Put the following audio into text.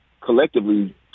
collectively